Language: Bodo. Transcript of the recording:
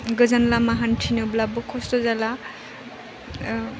गोजान लामा हान्थिनोब्लाबो खस्थ' जाला